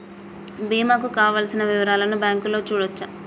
బీమా కు కావలసిన వివరాలను బ్యాంకులో చూడొచ్చా?